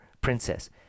princess